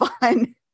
fun